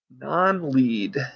Non-lead